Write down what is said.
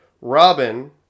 robin